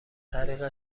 طریق